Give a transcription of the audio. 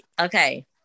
Okay